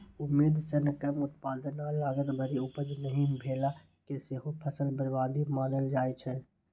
उम्मीद सं कम उत्पादन आ लागत भरि उपज नहि भेला कें सेहो फसल बर्बादी मानल जाइ छै